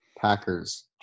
Packers